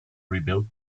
rebuilt